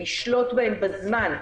לשלוט בהם בזמן,